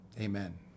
amen